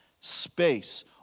space